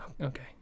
Okay